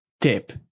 Tip